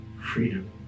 freedom